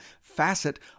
facet